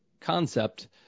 concept